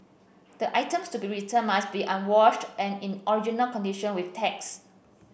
the items to be returned must be unwashed and in original condition with tags